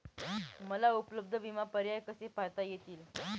मला उपलब्ध विमा पर्याय कसे पाहता येतील?